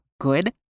Good